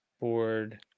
Board